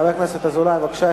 חבר הכנסת דוד אזולאי, בבקשה.